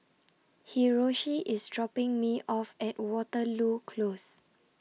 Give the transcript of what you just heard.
Hiroshi IS dropping Me off At Waterloo Close